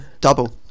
double